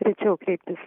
rečiau kreiptis